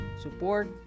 support